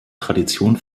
tradition